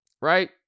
Right